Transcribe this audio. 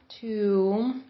two